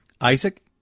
Isaac